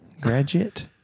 Graduate